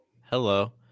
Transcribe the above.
Hello